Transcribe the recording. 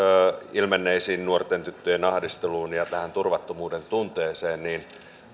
ilmenneisiin nuorten tyttöjen ahdisteluun ja tähän turvattomuuden tunteeseen